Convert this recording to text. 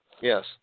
Yes